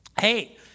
Hey